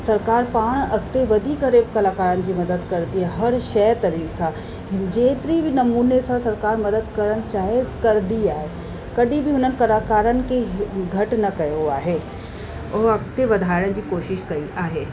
सरकार पाण अॻिते वधी करे बि कलाकारनि जी मदद कंदी आहे हर शइ तरीक़ सां जेतिरी बि तरीक़े सां सरकार मदद करणु चाहे कंदी आहे कॾहिं बि हुन कलाकारनि खे घटि न कयो आहे उहा अॻिते वधाइण जी कोशिशि कई आहे